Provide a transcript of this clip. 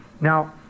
Now